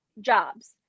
jobs